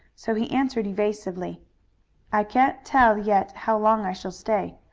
so he answered evasively i can't tell yet how long i shall stay.